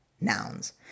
nouns